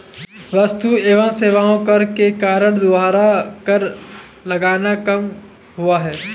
वस्तु एवं सेवा कर के कारण दोहरा कर लगना कम हुआ है